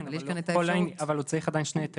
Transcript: אז יש כאן את האפשרות.